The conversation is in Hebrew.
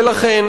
ולכן,